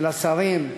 של השרים,